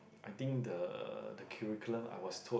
I think the the curriculum I was told